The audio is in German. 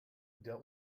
der